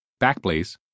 Backblaze